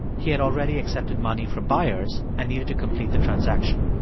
he had already accepted money from buyers and needed to complete the transaction